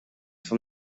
from